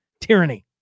tyranny